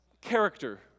character